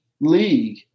league